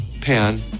Pan